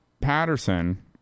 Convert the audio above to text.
Patterson